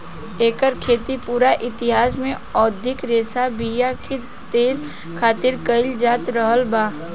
एकर खेती पूरा इतिहास में औधोगिक रेशा बीया के तेल खातिर कईल जात रहल बा